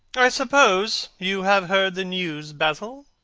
i suppose you have heard the news, basil?